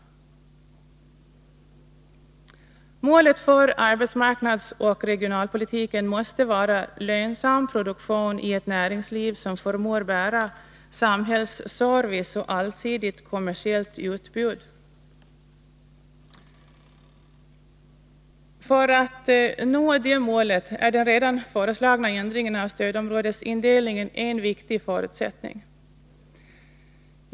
Onsdagen den Målet för arbetsmarknadsoch regionalpolitiken måste vara lönsam 11 maj 1983 produktion i ett näringsliv som förmår bära samhällsservice och allsidigt kommersiellt utbud. För att nå det målet är den redan föreslagna ändringen av stödområdesindelningen en viktig förutsättning.